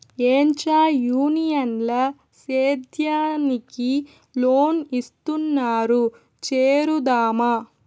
ఏంచా యూనియన్ ల సేద్యానికి లోన్ ఇస్తున్నారు చేరుదామా